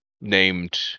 named